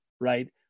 right